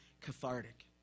cathartic